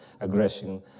aggression